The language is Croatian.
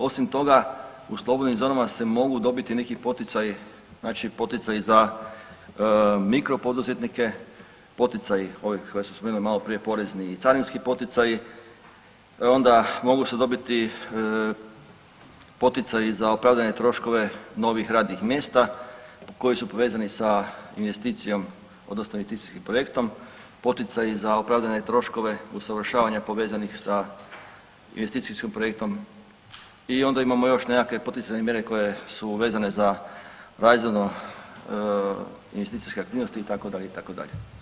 Osim toga u slobodnim zonama se mogu dobiti neki poticaji, znači poticaji za mikro poduzetnike, poticaji ovi koji sam spomenuo maloprije porezni i carinski poticaji, onda mogu se dobiti poticaji za opravdane troškove novih radnih mjesta koji su povezani sa investicijom odnosno investicijskim projektom, poticaji za opravdane troškove usavršavanja povezanih sa investicijskim projektom i onda imamo još nekakve poticajne mjere koje su vezane za … [[Govornik se ne razumije]] investicijske aktivnosti itd., itd.